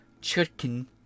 Chicken